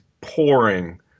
pouring